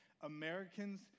Americans